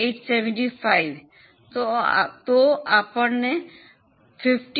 875 તો આપણને 15